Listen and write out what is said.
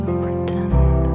pretend